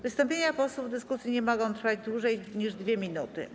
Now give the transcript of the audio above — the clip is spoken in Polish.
Wystąpienia posłów w dyskusji nie mogą trwać dłużej niż 2 minuty.